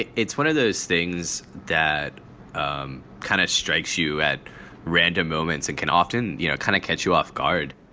it's one of those things that um kind of strikes you at random moments and can often, you know, kind of catch you off guard,